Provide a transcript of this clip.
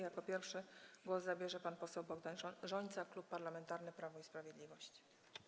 Jako pierwszy głos zabierze pan poseł Bogdan Rzońca, Klub Parlamentarny Prawo i Sprawiedliwość.